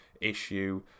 issue